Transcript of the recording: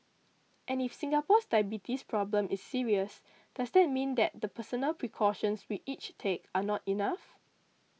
and if Singapore's diabetes problem is serious does that mean that the personal precautions we each take are not enough